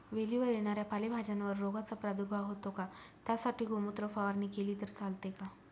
वेलीवर येणाऱ्या पालेभाज्यांवर रोगाचा प्रादुर्भाव होतो का? त्यासाठी गोमूत्र फवारणी केली तर चालते का?